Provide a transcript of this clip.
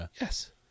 Yes